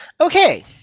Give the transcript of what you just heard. Okay